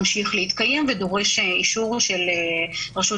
ממשיך להתקיים ודורש אישור של רשות